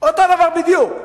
אותו הדבר בדיוק,